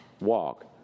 walk